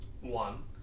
One